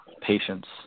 patients